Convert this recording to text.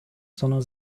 sondern